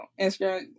Instagram